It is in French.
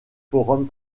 forum